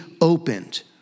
opened